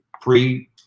pre